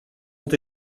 ont